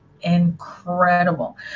incredible